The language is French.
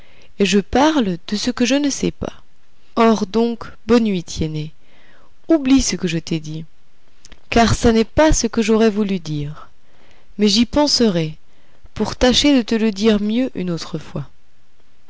et je parle de ce que je ne sais pas or donc bonne nuit tiennet oublie ce que je t'ai dit car ça n'est pas ce que j'aurais voulu dire mais j'y penserai pour tâcher de te le dire mieux une autre fois